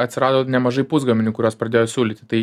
atsirado nemažai pusgaminių kuriuos pradėjo siūlyti tai